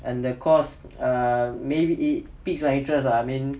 and the course err maybe it piques my interest lah I mean